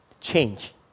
change